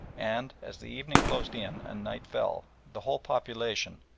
and, as the evening closed in and night fell, the whole population,